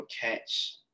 catch